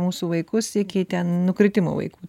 mūsų vaikus iki ten nukritimo vaikų